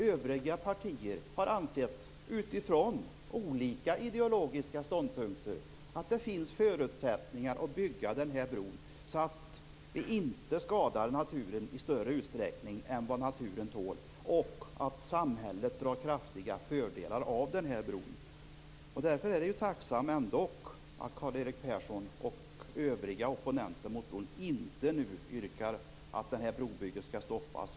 Övriga partier har utifrån olika ideologiska ståndpunkter ansett att det finns förutsättningar för att bygga bron så att det inte skadar naturen i större utsträckning än vad den tål. Man har också ansett att samhället drar kraftiga fördelar av bron. Därför är jag ändock tacksam att Karl-Erik Persson och övriga opponenter mot bron inte nu yrkar att brobygget skall stoppas.